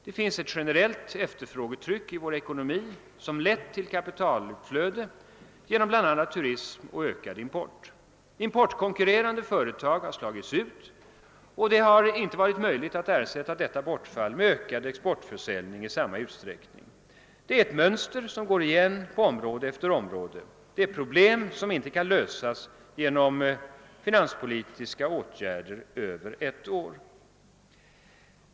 Det finns ett generellt efterfrågetryck i vår ekonomi som har lett till kapitalutflöde genom bl.a. turism och ökad import. Importkonkurrerande företag har slagits ut, och det har inte varit möjligt att ersätta detta bortfall med ökad exportförsäljning i samma utsträckning. Det är ett mönster som går igen på område efter område. Dessa problem kan inte lösas genom finanspolitiska åtgärder över ett år.